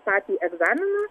patį egzaminą